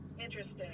interesting